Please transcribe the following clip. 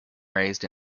raised